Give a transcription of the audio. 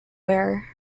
wearer